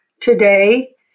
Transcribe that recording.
today